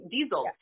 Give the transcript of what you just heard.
Diesel